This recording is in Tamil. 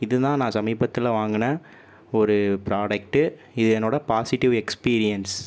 இது தான் நான் சமீபத்தில் வாங்கின ஒரு ப்ராடெக்ட் இது என்னோட பாசிட்டிவ் எக்ஸ்பீரியன்ஸ்